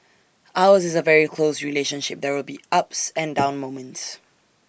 ours is A very close relationship there will be ups and down moments